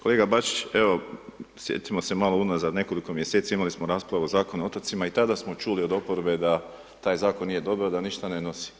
Kolega Bačić, evo sjetimo se malo unazad nekoliko mjeseci imali smo raspravu o Zakonu o otocima i tada smo čuli od oporbe da taj zakon nije dobro, da ništa ne nosi.